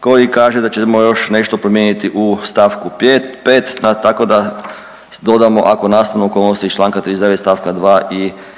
koji kaže da ćemo još nešto promijeniti u stavku 5. tako da dodamo ako nastanu okolnosti iz članka 39. stavka 2. i